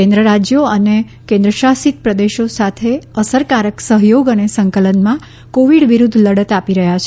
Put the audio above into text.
કેન્દ્ર રાજ્યો અને કેન્દ્રશાસિત પ્રદેશો સાથે અસરકારક સહયોગ અને સંકલનમાં કોવિડ વિરુદ્ધ લડત આપી રહ્યા છે